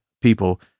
people